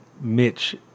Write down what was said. Mitch